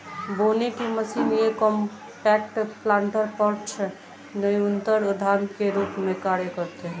बोने की मशीन ये कॉम्पैक्ट प्लांटर पॉट्स न्यूनतर उद्यान के रूप में कार्य करते है